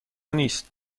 نیست